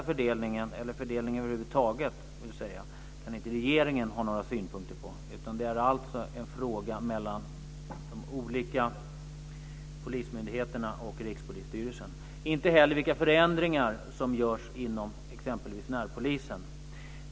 Fördelningen kan inte regeringen ha några synpunkter på. Det är en fråga för de olika polismyndigheterna och Rikspolisstyrelsen. Vi kan inte heller ha några synpunkter på vilka förändringar som görs inom exempelvis närpolisen.